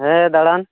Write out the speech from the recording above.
ᱦᱮᱸ ᱫᱟᱬᱟᱱ